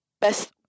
best